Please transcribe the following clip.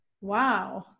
Wow